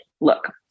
Look